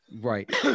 right